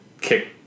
kick